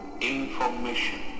information